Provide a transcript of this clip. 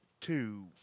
two